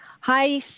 Hi